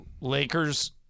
Lakers –